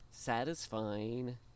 Satisfying